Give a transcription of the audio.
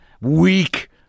weak